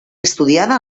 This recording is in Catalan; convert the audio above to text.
estudiada